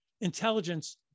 intelligence